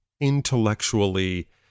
intellectually